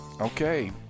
okay